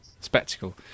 Spectacle